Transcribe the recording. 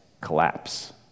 collapse